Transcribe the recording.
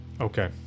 okay